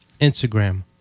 Instagram